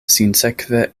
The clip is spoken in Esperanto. sinsekve